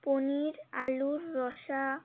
পনির আলুর রসা